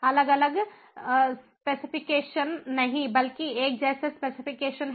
अलग अलग स्पेसिफिकेशन नहीं बल्कि एक जैसे स्पेसिफिकेशन हैं